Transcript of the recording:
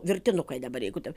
virtinukai dabar jeigu taip